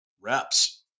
reps